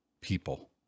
people